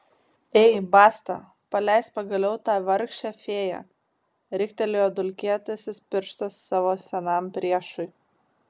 ei basta paleisk pagaliau tą vargšę fėją riktelėjo dulkėtasis pirštas savo senam priešui